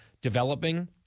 developing